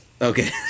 Okay